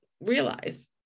realize